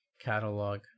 catalog